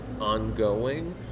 ongoing